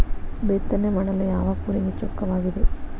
ಬಿತ್ತನೆ ಮಾಡಲು ಯಾವ ಕೂರಿಗೆ ಚೊಕ್ಕವಾಗಿದೆ?